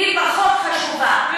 היא פחות חשובה.